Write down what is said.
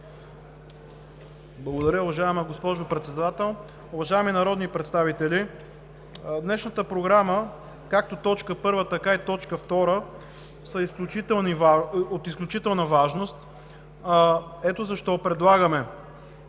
Благодаря, уважаема госпожо Председател. Уважаеми народни представители, днешната програма, както т. 1, така и т. 2, са от изключителна важност, ето защо предлагаме